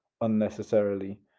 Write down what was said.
unnecessarily